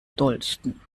dollsten